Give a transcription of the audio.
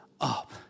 up